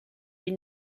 les